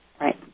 Right